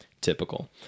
Typical